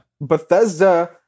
Bethesda